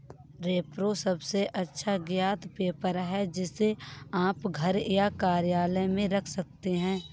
repro सबसे अच्छा ज्ञात पेपर है, जिसे आप घर या कार्यालय में रख सकते हैं